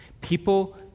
people